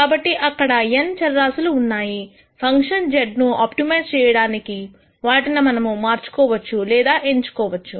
కాబట్టి అక్కడ n చరరాశులు ఉన్నాయి ఫంక్షన్ z ను ఆప్టిమైజ్ చేయడానికి వాటిని మనము మార్చుకోవచ్చు లేదా ఎంచుకోవచ్చు